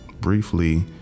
briefly